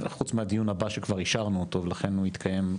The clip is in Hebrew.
חוץ מהדיון הבא שכבר אישרנו אותו ולכן הוא כבר יתקיים,